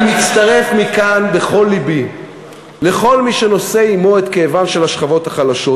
אני מצטרף מכאן בכל לבי לכל מי שנושא עמו את כאבן של השכבות החלשות.